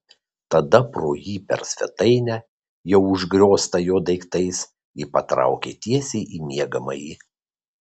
tada pro jį per svetainę jau užgrioztą jo daiktais ji patraukė tiesiai į miegamąjį